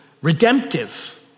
redemptive